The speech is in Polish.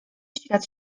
świat